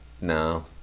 no